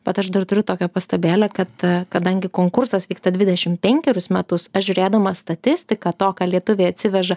bet aš dar turiu tokią pastabėlę kad kadangi konkursas vyksta dvidešim penkerius metus aš žiūrėdamas statistiką to ką lietuviai atsiveža